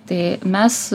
tai mes